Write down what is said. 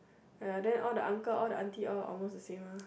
!aiya! then all the uncle all the aunty all almost the same lor